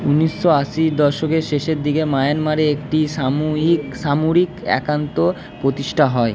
উনিশশো আশির দশকের শেষের দিকে মায়ানমারে একটি সাময়িক সামরিক একান্ত প্রতিষ্ঠা হয়